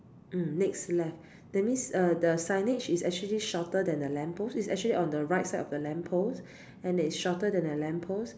mm next left that means uh the signage is actually shorter than the lamp post it's actually on the right side of the lamp post and it's shorter than the lamp post